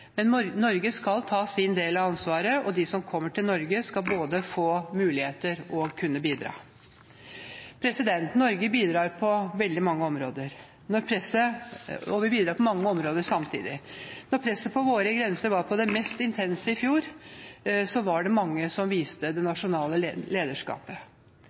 Men Norge skal ta sin del av ansvaret, og de som kommer til Norge, skal både få muligheter og kunne bidra. Norge bidrar på veldig mange områder, og vi bidrar på mange områder samtidig. Da presset på våre grenser var på det mest intense i fjor, var det mange som viste